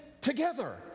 together